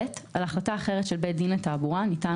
(ב)על החלטה אחרת של בית דין לתעבורה ניתן